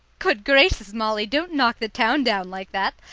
good gracious, molly, don't knock the town down like that!